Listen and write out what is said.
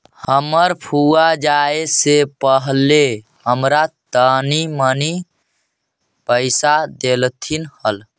हमर फुआ जाए से पहिले हमरा तनी मनी पइसा डेलथीन हल